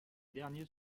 derniers